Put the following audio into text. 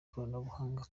ikoranabuhanga